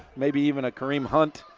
maybe even kareem hunt,